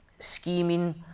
scheming